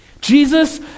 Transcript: Jesus